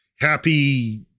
happy